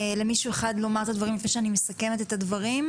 למישהו אחד לומר את הדברים לפני שאני מסכמת את הדברים.